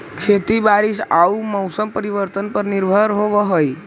खेती बारिश आऊ मौसम परिवर्तन पर निर्भर होव हई